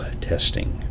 testing